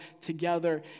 together